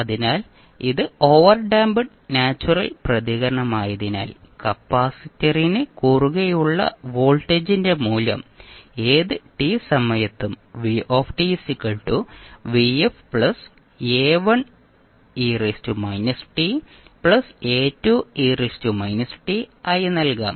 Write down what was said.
അതിനാൽ ഇത് overdamped natural പ്രതികരണമായതിനാൽ കപ്പാസിറ്ററിന് കുറുകെയുള്ള വോൾട്ടേജിന്റെ മൂല്യം ഏത് t സമയത്തും ആയി നൽകാം